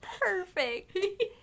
perfect